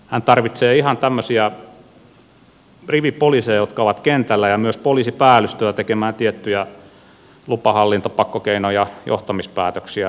hän tarvitsee ihan tämmöisiä rivipoliiseja jotka ovat kentällä ja myös poliisipäällystöä tekemään tiettyjä lupahallinto pakkokeino ja johtamispäätöksiä